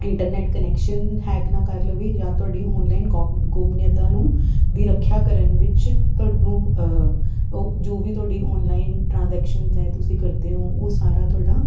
internet connection hack ਨਾ ਕਰ ਲਵੇ ਜਾਂ ਤੁਹਾਡੀ ਆਨਲਾਈਨ ਗੋਪ ਗੋਪਨੀਅਤਾ ਨੂੰ ਦੀ ਰੱਖਿਆ ਕਰਨ ਵਿੱਚ ਤੁਹਾਨੂੰ ਜੋ ਵੀ ਤੁਹਾਡੀ ਆਨਲਾਈਨ ਟ੍ਰਾਂਜੈਕਸ਼ਨਸ ਹੈ ਤੁਸੀਂ ਕਰਦੇ ਹੋ ਉਹ ਸਾਰਾ ਤੁਹਾਡਾ